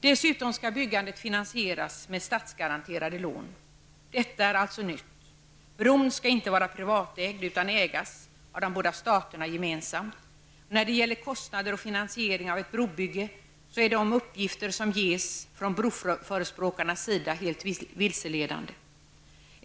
Dessutom skall byggandet finansieras med statsgaranterade lån. Detta är alltså nytt. Bron skall inte vara privatägd utan ägas av de båda staterna gemensamt. De uppgifter om kostnader för och finansiering av brobygget som ges av broförespråkarna är helt vilseledande.